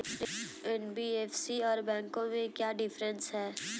NBFC और बैंकों में क्या डिफरेंस है?